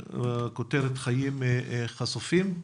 הכותרת: "חיים חשופים".